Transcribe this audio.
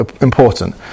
important